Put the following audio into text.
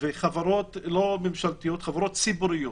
וחברות לא ממשלתיות, חברות ציבוריות,